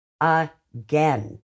again